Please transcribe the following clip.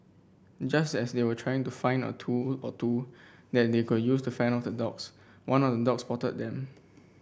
just as they were trying to find a tool or two that they could use to fend off the dogs one of the dogs spotted them